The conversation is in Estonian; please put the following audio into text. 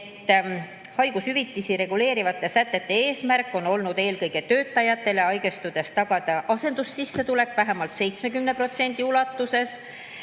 haigushüvitisi reguleerivate sätete eesmärk on olnud eelkõige tagada töötajatele haigestumise korral asendussissetulek vähemalt 70% ulatuses.